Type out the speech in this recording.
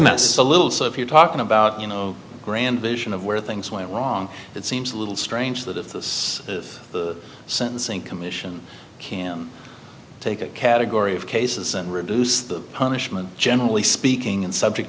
mess a little so if you're talking about you know grand vision of where things went wrong it seems a little strange that if this is the sentencing commission can take a category of cases and reduce the punishment generally speaking and subject